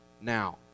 Now